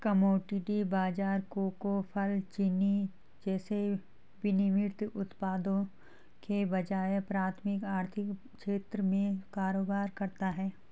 commodity बाजार कोको, फल, चीनी जैसे विनिर्मित उत्पादों के बजाय प्राथमिक आर्थिक क्षेत्र में कारोबार करता है